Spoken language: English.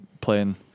playing